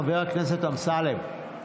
חבר הכנסת אמסלם,